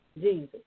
Jesus